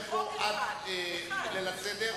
להיפך,